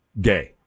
gay